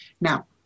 Now